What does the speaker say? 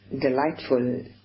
delightful